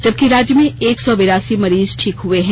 जबकि राज्य में एक सौ बेरासी मरीज ठीक हुए हैं